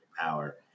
power